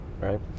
right